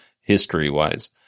history-wise